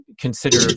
consider